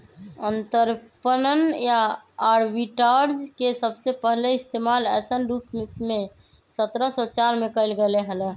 अंतरपणन या आर्बिट्राज के सबसे पहले इश्तेमाल ऐसन रूप में सत्रह सौ चार में कइल गैले हल